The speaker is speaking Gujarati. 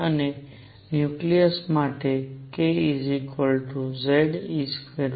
અને ન્યુક્લિયસ માટે kZe240 છે